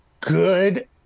good